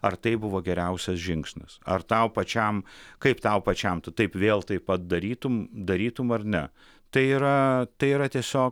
ar tai buvo geriausias žingsnis ar tau pačiam kaip tau pačiam tu taip vėl taip pat darytum darytum ar ne tai yra tai yra tiesiog